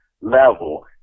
level